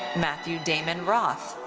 matthew damon roth.